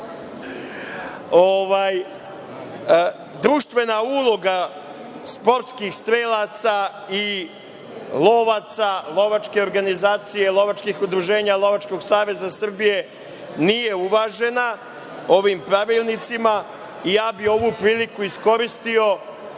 hajmo. Društvena uloga sportskih strelaca i lovaca, lovačke organizacije, lovačkih udruženja, Lovačkog zaveza Srbije nije uvažena ovim pravilnicima i ja bih ovu priliku iskoristio